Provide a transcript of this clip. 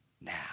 now